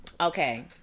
Okay